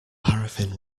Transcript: paraffin